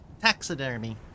taxidermy